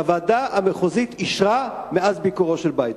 שהוועדה המחוזית אישרה מאז ביקורו של ביידן?